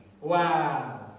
Wow